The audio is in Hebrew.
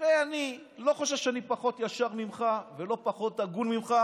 הרי אני לא חושב שאני פחות ישר ממך ולא פחות הגון ממך,